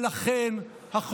למה לא,